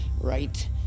right